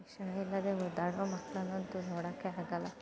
ಶಿಕ್ಷಣ ಇಲ್ಲದೆ ಒದ್ದಾಡುವ ಮಕ್ಕಳನ್ನಂತು ನೋಡೋಕೆ ಆಗಲ್ಲ